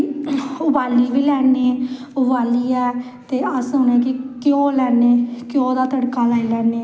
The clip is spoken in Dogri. फिरी केह् बोलदे समोसे बगैरा सब कुश बड़ा कुश होंदा उध्दर